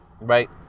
right